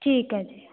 ਠੀਕ ਹੈ ਜੀ